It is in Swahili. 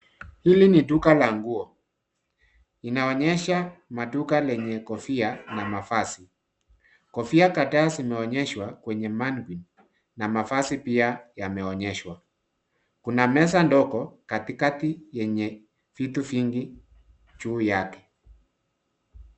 Hili ni duka la nguo inaonyesha maduka yenye kofia na mavazi. Kofia kadhaa zimeonyeshwa kwenye mannequins , mavazi pia yameonyeshwa kuna meza ndogo katikati yenye vitu vingi juu yake.